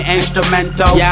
instrumental